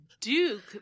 Duke